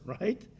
right